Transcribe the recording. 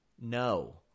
No